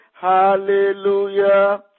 hallelujah